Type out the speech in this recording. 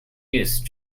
use